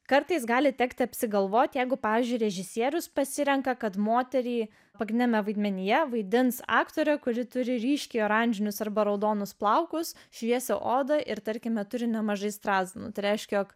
kartais gali tekti apsigalvot jeigu pavyzdžiui režisierius pasirenka kad moterį pagrindiniame vaidmenyje vaidins aktorė kuri turi ryškiai oranžinius arba raudonus plaukus šviesią odą ir tarkime turi nemažai strazdanų tai reiškia jog